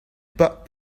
pas